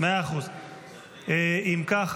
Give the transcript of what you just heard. אם כך,